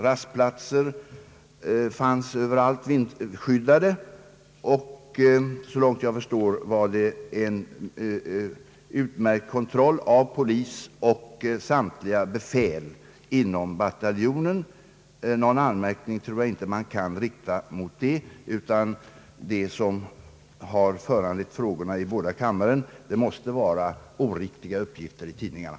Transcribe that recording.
Vindskyddade «rastplatser fanns ordnade. Så långt jag förstår förekom en utmärkt kontroll av polis och av samtliga befäl inom bataljonen. Jag tror inte man kan rikta någon anmärkning mot detta, utan vad som har föranlett frågorna i båda kamrarna måste vara oriktiga uppgifter i tidningarna.